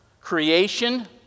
Creation